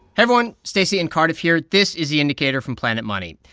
everyone. stacey and cardiff here. this is the indicator from planet money.